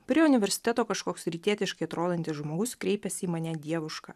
prie universiteto kažkoks rytietiškai atrodantis žmogus kreipėsi į mane dievuška